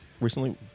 recently